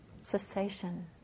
cessation